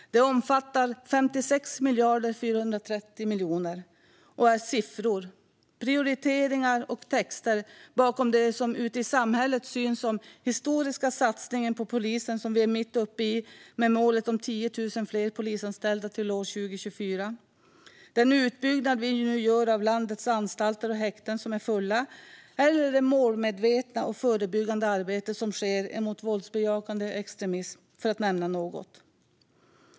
Det omfattar 56 miljarder 430 miljoner kronor och är siffror, prioriteringar och texter bakom det som ute i samhället syns som den historiska satsning på polisen som vi är mitt uppe i, med målet om 10 000 fler polisanställda till år 2024, den utbyggnad vi nu gör av landets anstalter och häkten som är fulla och det målmedvetna och förebyggande arbete som sker emot våldsbejakande extremism, för att nämna något.